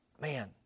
Man